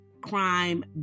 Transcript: crime